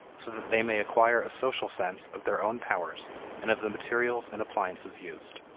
so that they may acquire a social sense of their own powers and of the materials and appliances used.